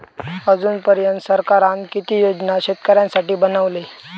अजून पर्यंत सरकारान किती योजना शेतकऱ्यांसाठी बनवले?